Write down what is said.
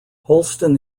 holston